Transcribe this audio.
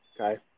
Okay